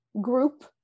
group